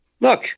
Look